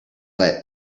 let